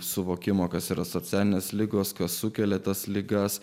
suvokimo kas yra socialinės ligos kas sukelia tas ligas